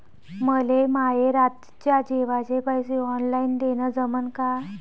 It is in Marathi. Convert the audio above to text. मले माये रातच्या जेवाचे पैसे ऑनलाईन देणं जमन का?